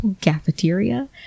cafeteria